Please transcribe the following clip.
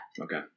okay